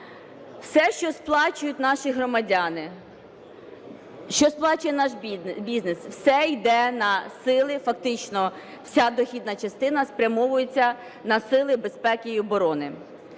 Все, що сплачують наші громадяни, що сплачує наш бізнес, все йде на сили, фактично вся дохідна частина спрямовується на сили безпеки і оборони.